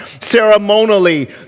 ceremonially